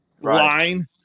line